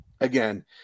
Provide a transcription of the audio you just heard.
again